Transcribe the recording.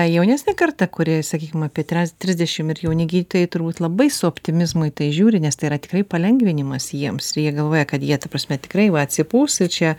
jaunesnė karta kuri sakykim apie tres trisdešim ir jauni gydytojai turbūt labai su optimizmu į tai žiūri nes tai yra tikrai palengvinimas jiems ir jie galvoja kad jie ta prasme tikrai va atsipūs ir čia